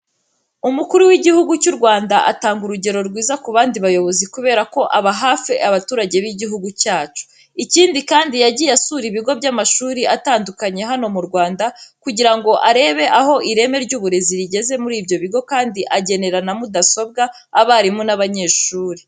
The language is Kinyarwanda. Umukuru w'Igihugu cy'u Rwanda atanga urugero rwiza ku bandi bayobozi kubera ko aba hafi abaturage b'igihugu cyacu. Ikindi kandi, yagiye asura ibigo by'amashuri atandukanye hano mu Rwanda kugira ngo arebe aho ireme ry'uburezi rigeze muri ibyo bigo kandi agenera na mudasobwa abarimu n'abanyeshuri.